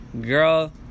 Girl